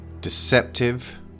deceptive